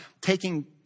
taking